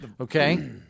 Okay